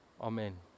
Amen